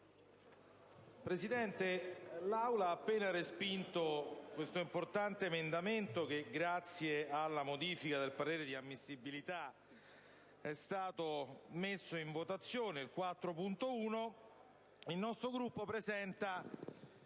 Presidente, l'Aula ha appena respinto un importante emendamento che, grazie alla modifica del parere di ammissibilità, era stato posto in votazione. Il nostro Gruppo, in